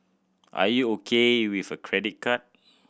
are you okay with a credit card